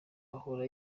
ahora